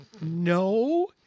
No